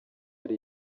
ari